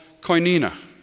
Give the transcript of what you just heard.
koinina